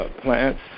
plants